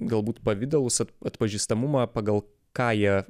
galbūt pavidalus atpažįstamumą pagal ką jie